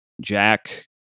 Jack